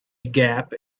gap